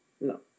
no